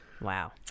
Wow